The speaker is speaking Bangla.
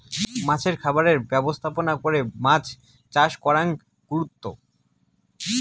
মাছের খামারের ব্যবস্থাপনা করে মাছ চাষ করাং গুরুত্ব